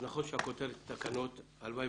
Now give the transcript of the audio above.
נכון שהכותרת היא תקנות אבל הלוואי